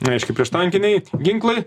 reiškia prieštankiniai ginklai